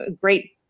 great